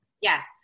Yes